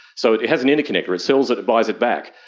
so it it has an interconnector, it sells it, it buys it back.